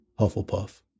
Hufflepuff